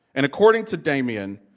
and according to damien,